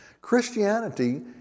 Christianity